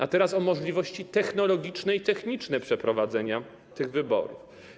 A teraz o możliwościach technologicznych i technicznych przeprowadzenia tych wyborów.